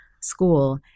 school